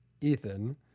Ethan